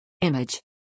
Image